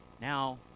now